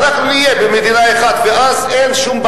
אנחנו בקטע של תקציב.